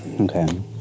Okay